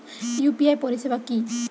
UPI পরিসেবা কি?